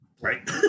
Right